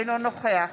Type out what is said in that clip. אינו נוכח